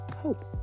hope